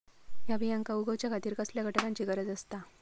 हया बियांक उगौच्या खातिर कसल्या घटकांची गरज आसता?